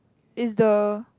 is the